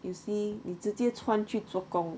you see 你直接穿去做工